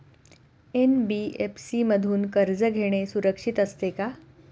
NBFC मधून कर्ज घेणे सुरक्षित असते का?